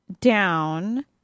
down